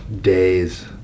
days